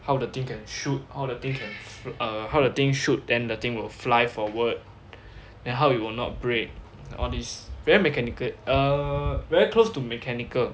how the thing can shoot how the thing can fl~ err how the thing shoot then the thing will fly forward then how it will not break all this very mechanical err very close to mechanical